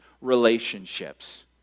relationships